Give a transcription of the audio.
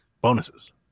bonuses